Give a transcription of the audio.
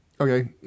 Okay